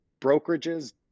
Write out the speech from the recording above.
brokerages